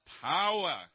Power